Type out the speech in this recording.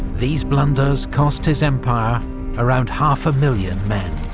these blunders cost his empire around half a million men,